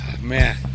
Man